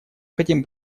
хотим